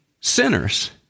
sinners